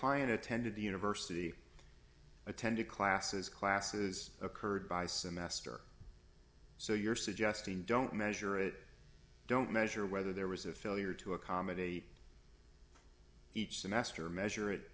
client attended the university attended classes classes occurred by semester so you're suggesting don't measure it don't measure whether there was a failure to accommodate each semester measure it